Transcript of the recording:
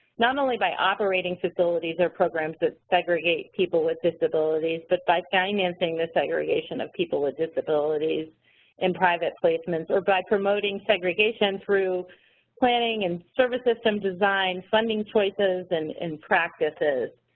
not only by operating facilities or programs that segregate people with disabilities, but by financing the segregation of people with disabilities in private placements, or by promoting segregation through planning and service system design, funding choices and practices.